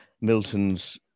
Milton's